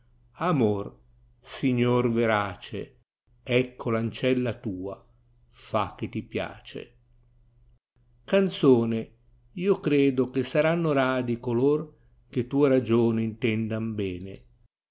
amor signor verace cco ancella tua fa che ti piace canzone io credo che saranno radi color che tua ragione in tendan bene